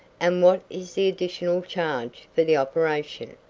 and what is the additional charge for the operation?